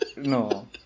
No